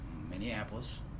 Minneapolis